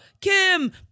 Kim